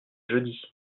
jeudi